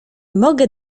mogę